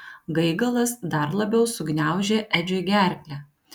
gaigalas dar labiau sugniaužė edžiui gerklę